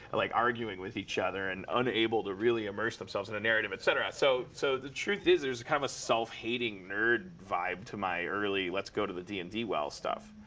like, arguing with each other. and unable to really immerse themselves in the narrative, et cetera. so so the truth is, there's a kind of a self-hating nerd vibe to my early, let's go to the d and d well stuff.